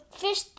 fish